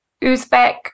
Uzbek